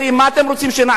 מה אתם רוצים שנעשה,